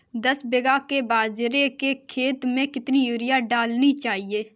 दस बीघा के बाजरे के खेत में कितनी यूरिया डालनी चाहिए?